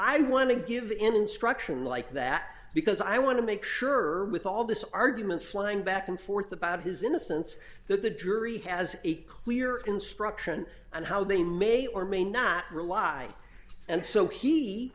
i want to give him instruction like that because i want to make sure with all this arguments flying back and forth about his innocence that the dury has a clear instruction on how they may or may not rely and so he